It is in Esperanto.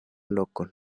lokon